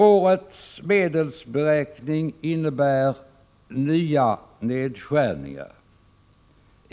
Årets medelsberäkning innebär nya nedskärningar.